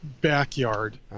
backyard